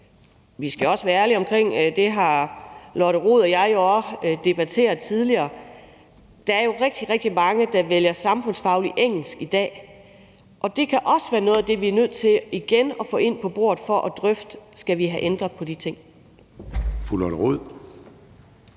Vi skal også være ærlige omkring – og det har Lotte Rod og jeg jo også debatteret tidligere – at rigtig, rigtig mange vælger samfundsfaglig engelsk i dag, og det kan også være noget af det, vi er nødt til igen at få ind på bordet for at drøfte, om vi skal have ændret på de ting.